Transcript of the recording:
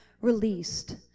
released